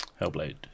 Hellblade